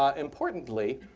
um importantly,